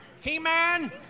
He-man